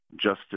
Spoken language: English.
justice